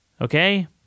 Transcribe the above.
Okay